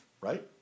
right